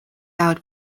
out